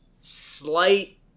slight